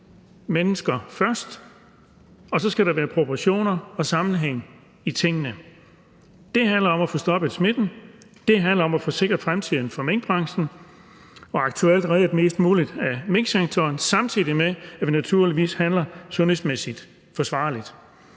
Mennesker først. Og så skal der være proportioner og sammenhæng i tingene. Det handler om at få stoppet smitten. Det handler om at få sikret fremtiden for minkbranchen og aktuelt redde mest muligt af minksektoren, samtidig med at vi naturligvis handler sundhedsmæssigt forsvarligt.